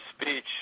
speech